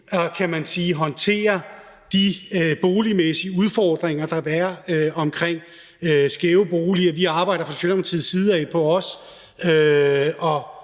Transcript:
håndtere de boligmæssige udfordringer, der er, omkring skæve boliger. Vi arbejder fra Socialdemokratiets side også på